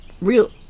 Real